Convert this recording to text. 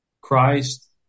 Christ